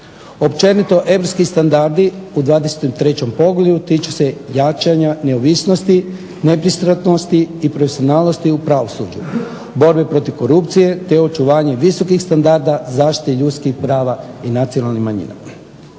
Općenito europski standardi u 23. Poglavlju tiču se jačanja neovisnosti, nepristranosti i profesionalnosti u pravosuđu, borbi protiv korupcije te očuvanje visokih standarda zaštite ljudskih prava i nacionalnih manjina.